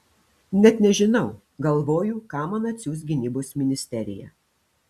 net nežinau galvoju ką man atsiųs gynybos ministerija